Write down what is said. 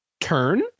turn